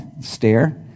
stare